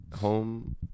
Home